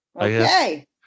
Okay